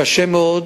קשה מאוד,